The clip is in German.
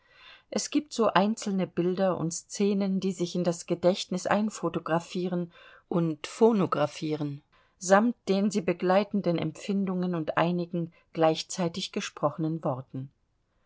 es gibt so einzelne bilder und scenen die sich in das gedächtnis einphotographieren und phonographieren samt den sie begleitenden empfindungen und einigen gleichzeitig gesprochenen worten